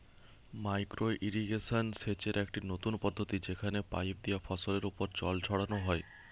micro irrigation সেচের একটি নতুন পদ্ধতি যেখানে পাইপ দিয়া ফসলের ওপর জল ছড়ানো হয়